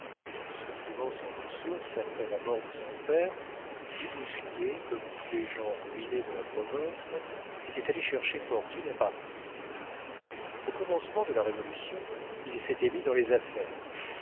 se trouvant sans ressources après la mort de son père du bousquier comme tous les gens ruinés de la province était allé chercher fortune à paris au commencement de la révolution il s'était mis dans les affaires